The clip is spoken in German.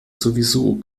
sowieso